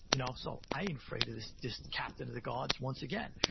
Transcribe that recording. you know so i ain't afraid of this this captain of the guards once again.